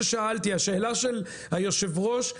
השאלה של היושב-ראש,